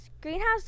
Greenhouse